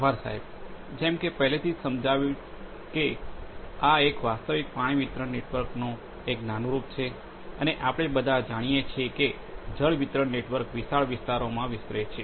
આભાર સાહેબ જેમ કે પહેલેથી જ સમજાવાયું છે કે આ એક વાસ્તવિક પાણી વિતરણ નેટવર્કનો એક નાનુરૂપ છે અને આપણે બધા જાણીએ છીએ કે જળ વિતરણ નેટવર્ક વિશાળ વિસ્તારોમાં વિસ્તરે છે